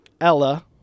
Ella